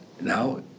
now